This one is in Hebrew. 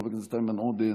חבר הכנסת איימן עודה,